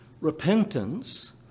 Repentance